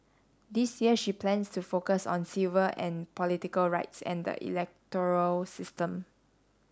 this year she plans to focus on civil and political rights and the electoral system